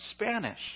Spanish